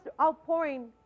outpouring